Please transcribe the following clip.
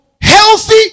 healthy